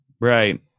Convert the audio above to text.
right